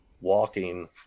walking